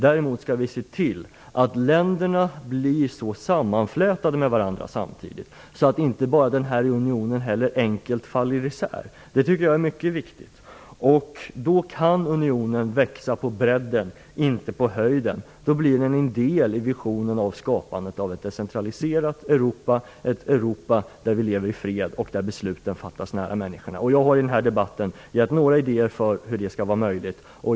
Däremot skall vi se till att länderna blir så sammanflätade med varandra att unionen inte enkelt kan falla isär. Det är mycket viktigt. Då kan unionen växa på bredden och inte på höjden. Då blir den en del i visionen av ett skapande av ett decentraliserat Europa, ett Europa där vi lever i fred och där besluten fattas nära människorna. Jag har i den här debatten gett några idéer för hur det skall vara möjligt.